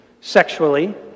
sexually